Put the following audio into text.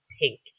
pink